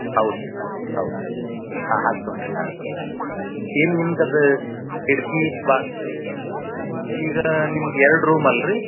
ಹೌದು ರಿ ಹೌದು ರಿ ಹೌ ಹಾಂ ಹಾಕ್ಸೋಣ್ರಿ ಹಾಕ್ಸೂಣ್ ರೀ ಏನು ನಿಮ್ಗದು ಕಿಟ್ಕಿ ಬಾ ಈಗ ನಿಮ್ಗೆ ಎರಡು ರೂಮ್ ಅಲ್ಲ ರಿ